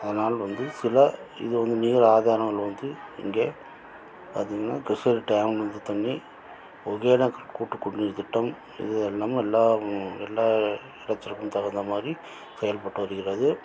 அதனால் வந்து சில இது வந்து நீர் ஆதாரங்கள் வந்து இங்கே பார்த்திங்ன்னா கிருஷ்ணகிரி டேம்லேருந்து தண்ணி ஒகேனக்கல் கூட்டு குடி நீர் திட்டம் இது அல்லாமல் எல்லா எல்லா இடத்திற்கும் தகுந்த மாதிரி செயல்பட்டு வருகிறது